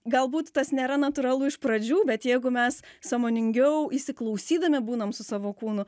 galbūt tas nėra natūralu iš pradžių bet jeigu mes sąmoningiau įsiklausydami būnam su savo kūnu